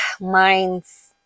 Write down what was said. minds